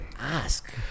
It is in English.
ask